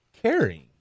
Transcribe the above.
Carrying